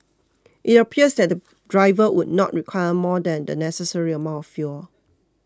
it appears that the driver would not require more than the necessary amount of fuel